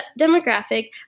demographic